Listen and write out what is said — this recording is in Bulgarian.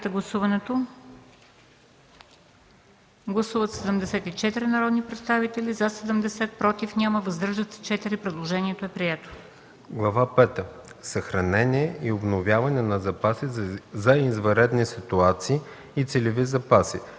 пета – Съхранение и обновяване на запаси за извънредни ситуации и целеви запаси”.